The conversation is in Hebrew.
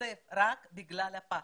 להיחשף רק בגלל הפחד.